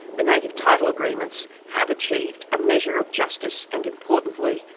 the native title agreements have achieved a measure of justice, and importantly,